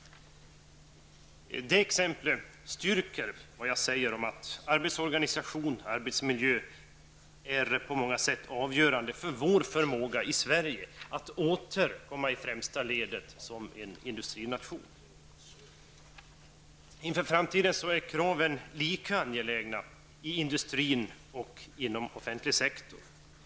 Det exemplet styrker vad jag sagt om att arbetsorganisation och arbetsmiljö på många sätt är avgörande för Sveriges förmåga att åter komma i främsta ledet som industrination. Inför framtiden är kraven lika angelägna i industrin och inom offentlig sektor.